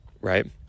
Right